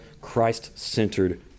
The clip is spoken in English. Christ-centered